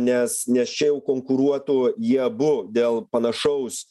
nes nes čia jau konkuruotų jie abu dėl panašaus